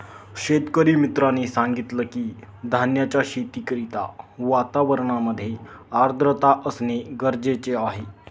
शेतकरी मित्राने सांगितलं की, धान्याच्या शेती करिता वातावरणामध्ये आर्द्रता असणे गरजेचे आहे